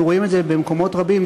אנחנו רואים את זה במקומות רבים,